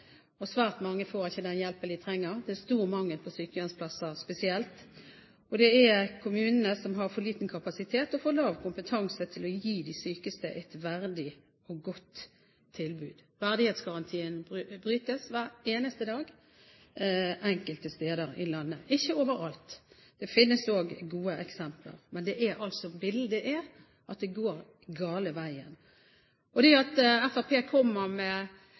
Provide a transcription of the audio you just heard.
Og svært mange får ikke den hjelpen de trenger. Det er stor mangel på sykehjemsplasser spesielt, og det er kommuner som har for liten kapasitet og for lav kompetanse til å gi de sykeste et verdig og godt tilbud. Verdighetsgarantien brytes hver eneste dag enkelte steder i landet – ikke overalt; det finnes også gode eksempler. Men bildet er at det går den gale veien. Det at Fremskrittspartiet kommer med